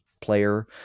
player